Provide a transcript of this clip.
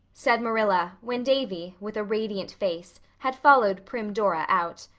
said marilla, when davy, with a radiant face, had followed prim dora out.